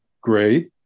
great